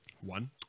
One